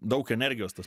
daug energijos tas